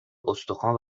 استخوان